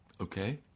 Okay